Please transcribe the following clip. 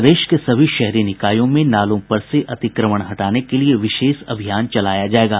प्रदेश के सभी शहरी निकायों में नालों पर से अतिक्रमण हटाने के लिये विशेष अभियान चलाया जायेगा